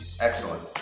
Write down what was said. Excellent